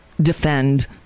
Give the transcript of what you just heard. defend